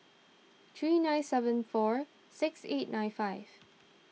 three nine seven four six eight nine five